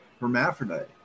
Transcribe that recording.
hermaphrodite